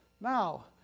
Now